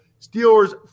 Steelers